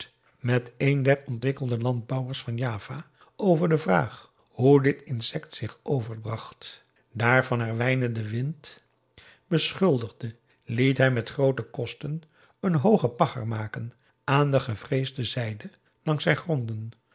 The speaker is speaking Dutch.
met een der ontwikkelde landbouwers van java over de vraag hoe dit insect zich over bracht daar van herwijnen den wind beschuldigde liet hij met groote kosten een hoogen pagger maken aan de gevreesde zijde langs zijn gronden